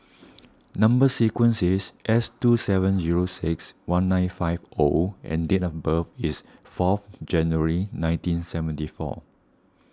Number Sequence is S two seven zero six one nine five O and date of birth is fourth January nineteen seventy four